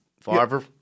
Farver